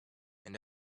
and